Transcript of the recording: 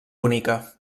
bonica